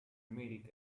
milk